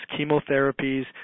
chemotherapies